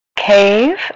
Cave